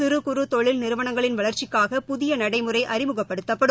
சிறு குறு தொழில் நிறுவனங்களின் வளா்ச்சிக்காக புதிய நடைமுறை அறிமுகப்படுத்தப்படும்